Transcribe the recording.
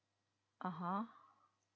(uh huh)